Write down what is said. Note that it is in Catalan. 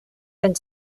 anys